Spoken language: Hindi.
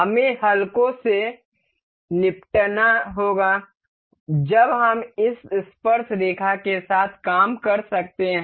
हमें हलकों से निपटना होगा जब हम इस स्पर्शरेखा के साथ काम कर सकते हैं